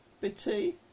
bitty